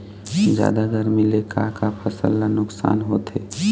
जादा गरमी ले का का फसल ला नुकसान होथे?